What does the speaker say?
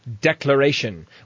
Declaration